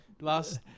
Last